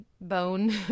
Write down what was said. bone